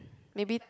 maybe